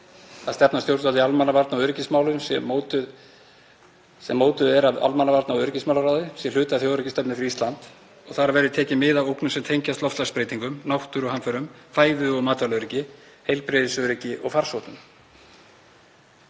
að stefna stjórnvalda í almannavarna- og öryggismálum, sem mótuð er af almannavarna- og öryggismálaráði, sé hluti af þjóðaröryggisstefnu fyrir Ísland og þar verði tekið mið af ógnum sem tengjast loftslagsbreytingum, náttúruhamförum, fæðu- og matvælaöryggi, heilbrigðisöryggi og farsóttum.